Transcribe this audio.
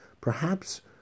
Perhaps